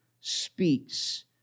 speaks